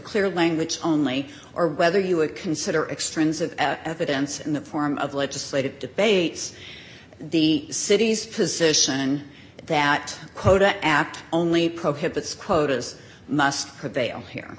clear language only or whether you would consider extrinsic evidence in the form of legislative debates the city's position that quota act only prohibits quotas must prevail